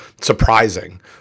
surprising